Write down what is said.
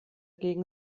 gegen